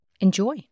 Enjoy